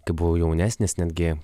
kai buvau jaunesnis netgi